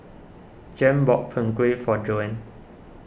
Jan bought Png Kueh for Joan